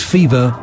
Fever